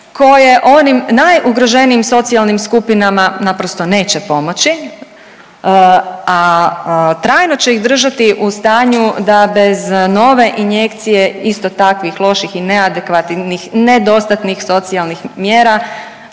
koje oni najugroženijim socijalnim skupinama naprosto neće pomoći, a trajno će ih držati u stanju da bez nove injekcije isto takvih loše i neadekvatnih, nedostatnih socijalnih mjera